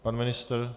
Pan ministr?